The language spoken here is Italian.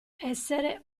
essere